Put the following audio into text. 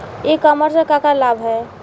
ई कॉमर्स क का लाभ ह?